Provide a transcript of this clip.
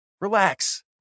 Relax